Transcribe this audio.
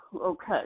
okay